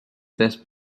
test